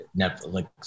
Netflix